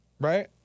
right